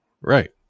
Right